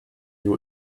you